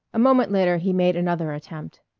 a moment later he made another attempt.